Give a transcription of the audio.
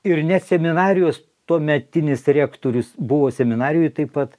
ir net seminarijos tuometinis rektorius buvo seminarijoj taip pat